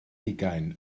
hugain